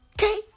okay